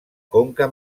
conca